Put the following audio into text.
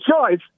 choice